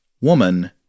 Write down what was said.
woman